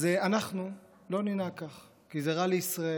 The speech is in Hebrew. אז אנחנו לא ננהג כך, כי זה רע לישראל.